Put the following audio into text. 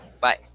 Bye